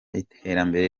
iterambere